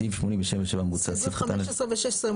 זו הסתייגות 4. לא,